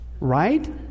Right